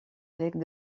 avec